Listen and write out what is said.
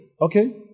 okay